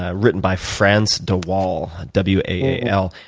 ah written by franz de wall, w a l